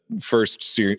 first